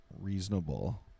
reasonable